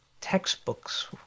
textbooks